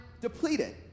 depleted